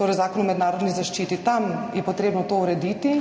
torej Zakonu o mednarodni zaščiti. Tam je potrebno to urediti.